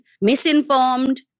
misinformed